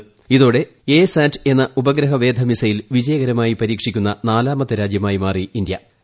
് ഇതോടെ A SAT എന്ന ഉപഗ്രഹ വേധ മിസൈൽ വിജയകരമായി പരീക്ഷിക്കുന്ന നാലാമത്തെ രാജ്യമായി ഇന്ത്യ മാറി